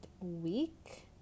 week